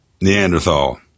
Neanderthal